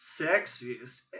sexiest